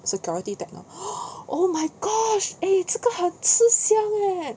security techno~ oh my gosh eh 这个很吃香 leh